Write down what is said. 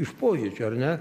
iš pojūčio ar ne